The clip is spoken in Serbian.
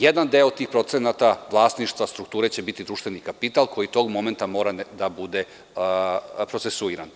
Jedan deo tih procenata vlasništva strukture će biti društveni kapital koji tog momenta mora da bude procesuiran.